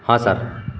ಹಾಂ ಸಾರ್